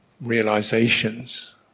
realizations